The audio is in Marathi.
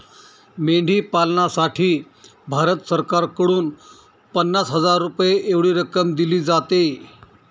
मेंढी पालनासाठी भारत सरकारकडून पन्नास हजार रुपये एवढी रक्कम दिली जाते